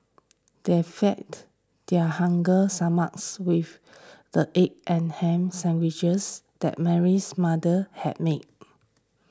they fed their hunger stomachs with the egg and ham sandwiches that Mary's mother had made